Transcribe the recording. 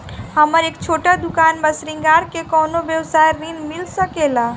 हमर एक छोटा दुकान बा श्रृंगार के कौनो व्यवसाय ऋण मिल सके ला?